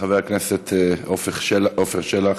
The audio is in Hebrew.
חבר הכנסת עפר שלח,